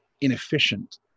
inefficient